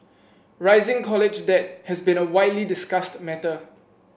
rising college debt has been a widely discussed matter